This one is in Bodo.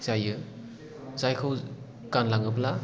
जायो जायखौ गानलाङोब्ला